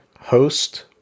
host